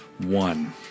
One